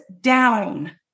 down